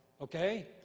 Okay